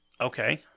Okay